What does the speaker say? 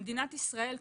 במדינת ישראל,